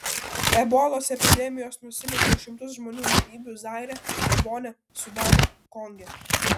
ebolos epidemijos nusinešė šimtus žmonių gyvybių zaire gabone sudane konge